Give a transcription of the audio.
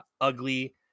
ugly